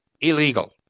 illegal